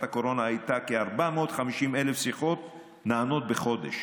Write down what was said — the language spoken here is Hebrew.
הקורונה היה כ-450,000 שיחות שנענו בחודש,